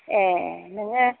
ए नोङो